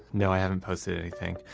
no, i haven't posted anything.